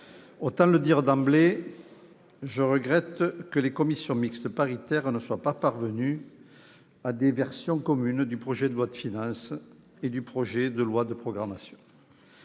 autant le dire d'emblée : je regrette que les commissions mixtes paritaires ne soient pas parvenues à établir des versions communes du projet de loi de finances et du projet de loi de programmation.